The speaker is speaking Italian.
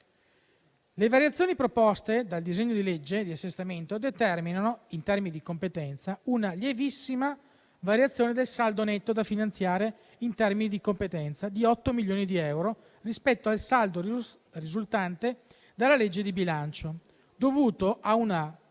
le variazioni proposte dal disegno di legge di assestamento determinano una lievissima variazione del saldo netto da finanziare di 8 milioni di euro rispetto al saldo risultante dalla legge di bilancio, dovuto a una